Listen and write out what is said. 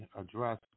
address